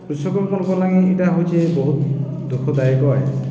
କୃଷକଙ୍କର୍ ଲାଗି ଇଟା ହଉଛେ ବହୁତ୍ ଦୁଃଖଦାୟକ ଆଏ